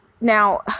now